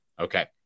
Okay